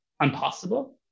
impossible